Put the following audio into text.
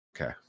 Okay